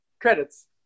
credits